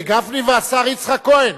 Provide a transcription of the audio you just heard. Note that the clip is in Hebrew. גפני והשר יצחק כהן.